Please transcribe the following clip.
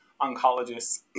oncologists